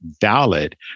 valid